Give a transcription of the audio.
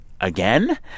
again